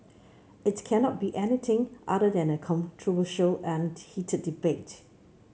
it cannot be anything other than a controversial and heated debate